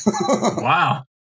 Wow